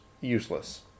useless